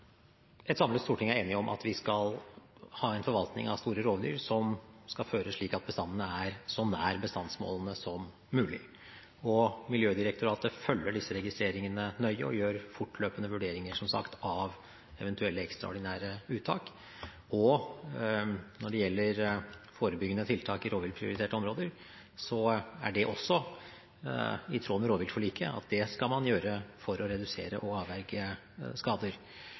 Et samlet storting er enig om at vi skal ha en forvaltning av store rovdyr som skal føres slik at bestandene er så nær bestandsmålene som mulig. Miljødirektoratet følger disse registreringene nøye og gjør som sagt fortløpende vurderinger av eventuelle ekstraordinære uttak. Når det gjelder forebyggende tiltak i rovviltprioriterte områder, er det også i tråd med rovviltforliket at det skal man gjøre for å redusere og avverge skader.